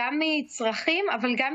שפתחו עלינו במלחמה, ושיהיה